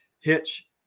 hitch